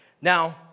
Now